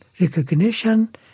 recognition